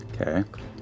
Okay